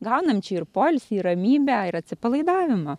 gaunam čia ir poilsį ir ramybę ir atsipalaidavimą